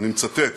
ואני מצטט: